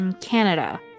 Canada